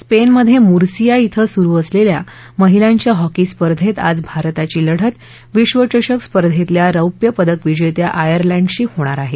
स्पेनमध्ये मुर्सिया श्री सुरू असलेल्या महिलांच्या हॉकी स्पर्धेत आज भारताची लढत विश्वचषक स्पर्धेतल्या रौप्यपदक विजेत्या आयर्लंडशी होणार आहे